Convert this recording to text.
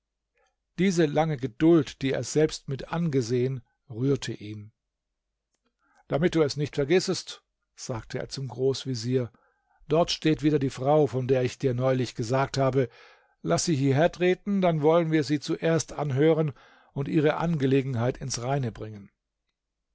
diese lange geduld die er selbst mit angesehen rührte ihn damit du es nicht vergissest sagte er zum großvezier dort steht wieder die frau von der ich dir neulich gesagt habe laß sie hierher treten dann wollen wir sie zuerst anhören und ihre angelegenheit ins reine bringen